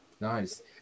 Nice